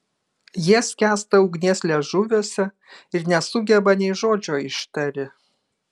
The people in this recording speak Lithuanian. jie skęsta ugnies liežuviuose ir nesugeba nei žodžio ištari